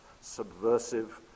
subversive